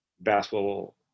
basketball